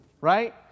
Right